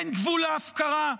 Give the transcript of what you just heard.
אין גבול להפקרה?